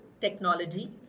technology